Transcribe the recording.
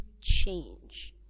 change